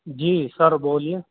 جی sir بولیے